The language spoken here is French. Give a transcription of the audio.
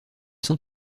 sont